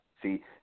See